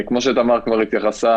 כמו שתמר כבר התייחסה,